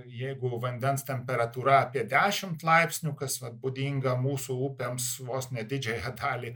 jeigu vandens temperatūra apie dešimt laipsnių kas vat būdinga mūsų upėms vos ne didžiąją dalį